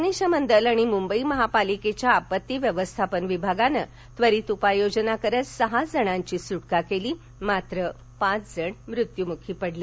अग्निशमन दल आणि मुंबई महापालिकेच्या आपत्ती व्यवस्थापन विभागाने त्वरित उपाययोजना करत सहा जणांची सुटका केली मात्र पाच जणांचा मृत्यू झाला